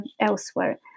elsewhere